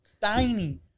tiny